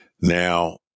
now